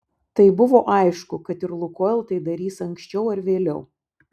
tai buvo aišku kad ir lukoil tai darys anksčiau ar vėliau